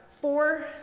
four